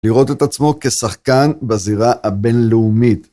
לראות את עצמו כשחקן בזירה הבינלאומית.